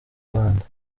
rwanda